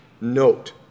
note